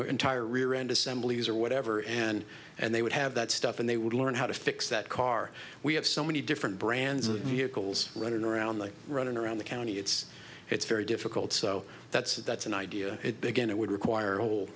know entire rear end assemblies or whatever and and they would have that stuff and they would learn how to fix that car we have so many different brands of vehicles running around like running around the county it's it's very difficult so that's that's an idea it began it would require a whole